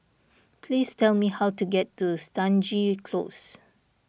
please tell me how to get to Stangee Close